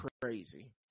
crazy